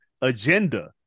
agenda